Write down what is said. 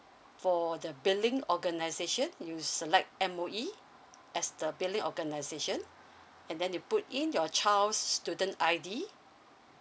for the billing organisation you select M_O_E as the billing organisation and then you put in your child's student I_D